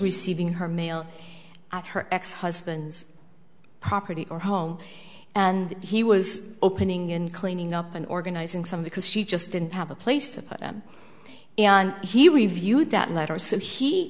receiving her mail at her ex husband's property or home and he was opening and cleaning up and organizing some because she just didn't have a place to put them and he reviewed that letter so he